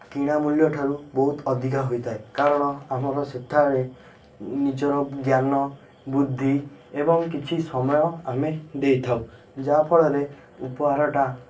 କିଣା ମୂଲ୍ୟଠାରୁ ବହୁତ ଅଧିକା ହୋଇଥାଏ କାରଣ ଆମର ସେଠାରେ ନିଜର ଜ୍ଞାନ ବୁଦ୍ଧି ଏବଂ କିଛି ସମୟ ଆମେ ଦେଇଥାଉ ଯାହା ଫଳରେ ଉପହାରଟା